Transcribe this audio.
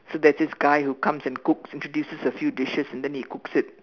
so there's this guy who comes and cooks introduces a few dishes and then he cooks it